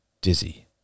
dizzy